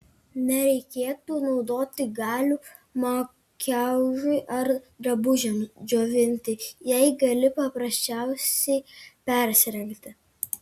nereikėtų naudoti galių makiažui ar drabužiams džiovinti jei gali paprasčiausiai persirengti